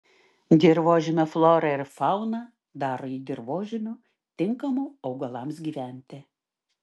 dirvožemio flora ir fauna daro jį dirvožemiu tinkamu augalams gyventi